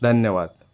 धन्यवाद